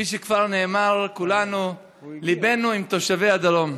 כפי שכבר נאמר, כולנו, ליבנו עם תושבי הדרום.